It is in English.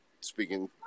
speaking